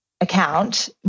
account